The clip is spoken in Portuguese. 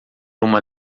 uma